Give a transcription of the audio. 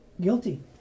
guilty